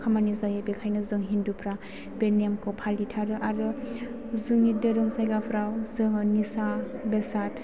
खामानि जायो बेनिखायनो जों हिन्दुफ्रा बे नेमखौ फालिथारो आरो जोंनि धोरोम जायगाफोराव जोङो निसा बेसाद